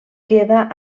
queda